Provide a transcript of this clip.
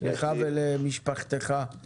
לך ולמשפחתך.